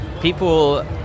people